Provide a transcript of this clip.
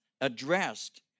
addressed